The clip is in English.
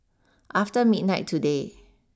after midnight today